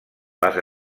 les